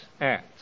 acts